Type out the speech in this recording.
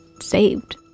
saved